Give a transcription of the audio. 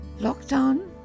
Lockdown